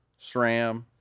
SRAM